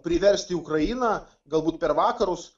priversti ukrainą galbūt per vakarus